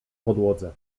podłodze